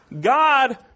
God